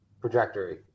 trajectory